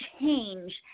change